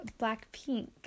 Blackpink